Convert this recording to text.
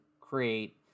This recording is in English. create